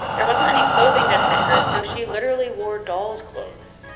there wasn't any clothing that fit her. so she literally wore doll's clothes.